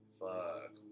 fuck